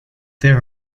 their